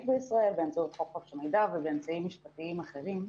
בישראל באמצעות חוק חופש המידע ובאמצעים משפטיים אחרים.